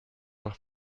doch